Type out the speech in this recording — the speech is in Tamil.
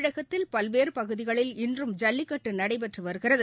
தமிழகத்தில் பல்வேறு பகுதிகளில் இன்றும் ஜல்லிக்கட்டு நடைபெற்று வருகிறது